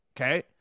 okay